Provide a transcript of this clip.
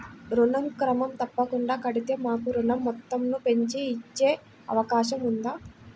ఋణం క్రమం తప్పకుండా కడితే మాకు ఋణం మొత్తంను పెంచి ఇచ్చే అవకాశం ఉందా?